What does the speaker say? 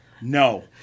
no